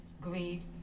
greed